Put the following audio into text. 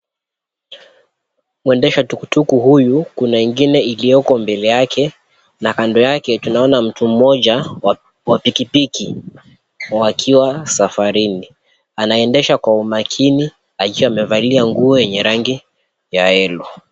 Mwendesha tukutuku huyu kuna nyingine huko mbele yake na kando yake naona mtu mmoja wa pikipiki wakiwa safarini. Anaendesha kwa umakini akiwa amevalia nguo yenye rangi ya [cp] yellow [cp].